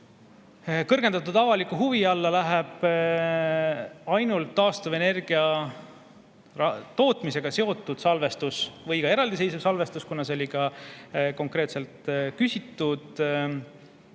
kõrgendatud avaliku huvi alla läheb ainult taastuvenergia tootmisega seotud salvestus või ka eraldi seisev salvestus – seda küsis konkreetselt ka